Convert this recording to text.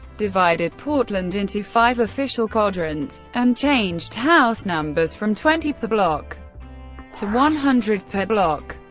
divided portland into five official quadrants, and changed house numbers from twenty per block to one hundred per block.